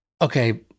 okay